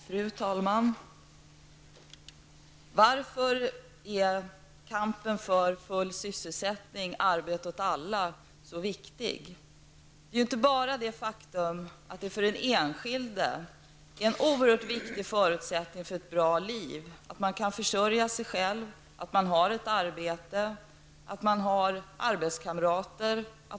Fru talman! Varför är kampen för full sysselsättning, arbete åt alla, så viktig? Det gäller inte bara det faktum att det för den enskilde är en oerhört viktig förutsättning för ett bra liv att kunna försörja sig själv, att man har ett meningsfullt arbete och arbetskamrater.